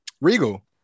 Regal